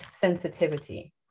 sensitivity